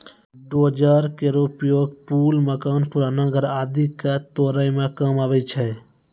dozer केरो उपयोग पुल, मकान, पुराना घर आदि क तोरै म काम आवै छै